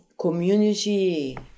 community